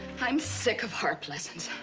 i'm sick of harp lessons,